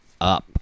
up